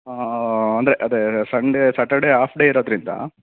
ಅಂದರೆ ಅದೇ Sunday Saturday off day ಇರೋದ್ರಿಂದ